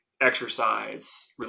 exercise